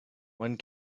one